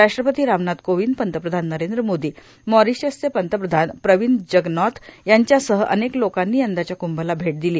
राष्ट्रपती रामनाथ कोविंद पंतप्रधान नरेंद्र मोदी मॉरिशियसचे पंतप्रधान प्रविंद जगनॉथ यांच्यासह अनेक लोकांनी यंदाच्या क्रंभला भेट दिली